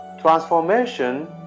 transformation